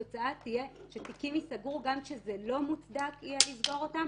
התוצאה תהיה שתיקים ייסגרו גם כשלא מוצדק יהיה לסגור אותם,